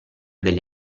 degli